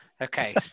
Okay